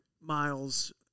miles